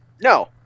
no